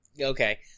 Okay